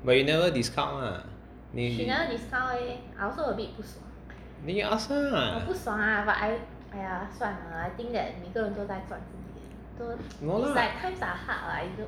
but you never discount lah then you ask her lah no lah